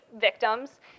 victims